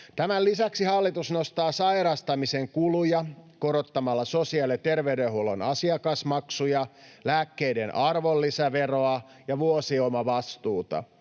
Tämän lisäksi hallitus nostaa sairastamisen kuluja korottamalla sosiaali- ja terveydenhuollon asiakasmaksuja, lääkkeiden arvonlisäveroa ja vuosiomavastuuta.